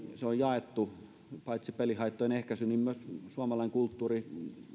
se on jaettu paitsi pelihaittojen ehkäisyyn myös suomalaiselle kulttuurille